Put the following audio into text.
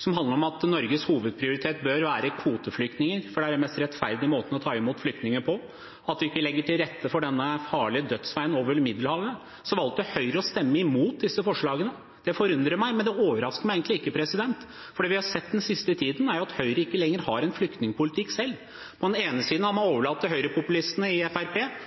som handlet om at Norges hovedprioritet burde være kvoteflyktninger, fordi det er den mest rettferdige måten å ta imot flyktninger på, og fordi vi da ikke legger til rette for den farlige dødsveien over Middelhavet, valgte Høyre å stemme imot de forslagene. Det forundrer meg, men det overrasker meg egentlig ikke, for det vi har sett den siste tiden, er at Høyre ikke lenger har en flyktningpolitikk selv. Den ene siden har man overlatt til høyrepopulistene i